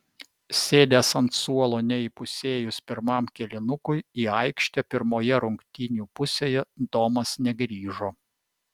sėdęs ant suolo neįpusėjus pirmam kėlinukui į aikštę pirmoje rungtynių pusėje domas negrįžo